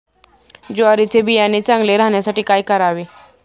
ज्वारीचे बियाणे चांगले राहण्यासाठी काय करावे?